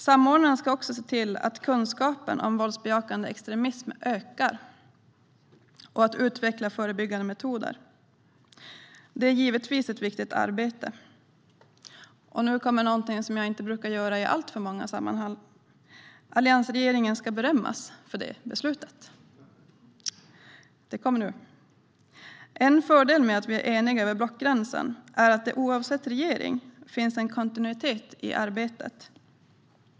Samordnaren ska också se till att kunskapen om våldsbejakande extremism ökar och att förebyggande metoder utvecklas. Detta är givetvis ett viktigt arbete, och - nu kommer någonting som jag inte brukar säga i alltför många sammanhang - alliansregeringen ska berömmas för det beslutet. En fördel med att vi är eniga över blockgränsen är att det oavsett regering finns en kontinuitet i arbetet.